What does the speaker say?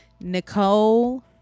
Nicole